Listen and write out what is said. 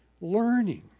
learning